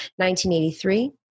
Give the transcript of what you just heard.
1983